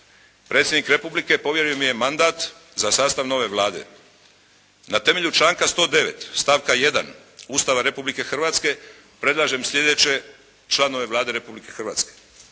Predsjednik Republike povjerio mi je mandat za sastav nove Vlade. Na temelju članka 109. stavka 1. Ustava Republike Hrvatske predlažem sljedeće članove Vlade Republike Hrvatske: